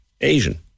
Asian